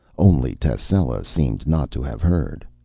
only tascela seemed not to have heard.